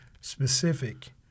specific